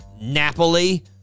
Napoli